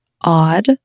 odd